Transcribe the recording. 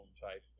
type